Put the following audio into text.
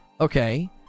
Okay